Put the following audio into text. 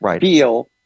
feel